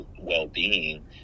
well-being